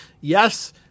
yes